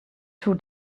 two